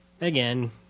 Again